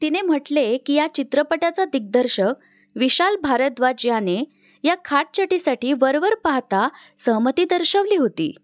तिने म्हटले की या चित्रपटाचा दिग्दर्शक विशाल भारद्वाज याने या काटछाटीसाठी वरवर पाहता सहमती दर्शवली होती